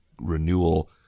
renewal